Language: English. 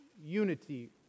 unity